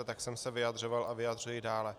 A tak jsem se vyjadřoval a vyjadřuji dále.